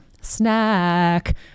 snack